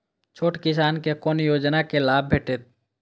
छोट किसान के कोना योजना के लाभ भेटते?